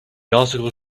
article